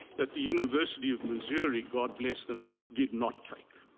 that the university of missouri, god bless them, did not take.